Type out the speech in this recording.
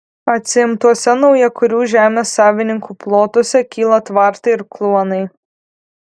atsiimtuose naujakurių žemės savininkų plotuose kyla tvartai ir kluonai